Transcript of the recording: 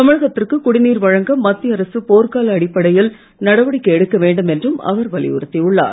தமிழகத்திற்கு குடிநீர் வழங்க மத்திய அரசு போர்க்கால அடிப்படையில் நடவடிக்கை எடுக்க வேண்டும் என்றும் அவர் வலியுறுத்தி உள்ளார்